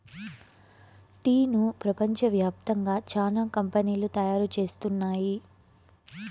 టీను ప్రపంచ వ్యాప్తంగా చానా కంపెనీలు తయారు చేస్తున్నాయి